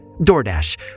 DoorDash